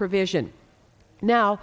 provision now